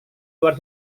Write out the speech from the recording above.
luar